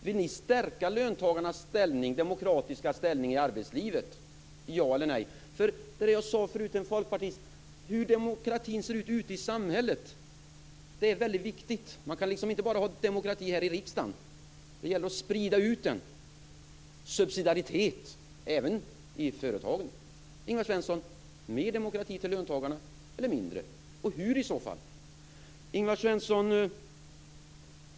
Vill ni stärka löntagarnas demokratiska ställning i arbetslivet? Ja eller nej? Jag sade förut till en folkpartist att det är väldigt viktigt hur demokratin ser ut ute i samhället. Man kan inte bara ha demokrati här i riksdagen, utan det gäller att sprida ut den. Subsidiaritet behövs även i företagen. Ingvar Svensson! Vill ni ha mer demokrati för löntagarna eller mindre? Hur skall det ske i så fall? Ingvar Svensson!